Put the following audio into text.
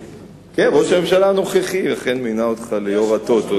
ראש הממשלה הנוכחי לכן מינה אותך ליושב-ראש הטוטו.